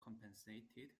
compensated